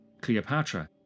Cleopatra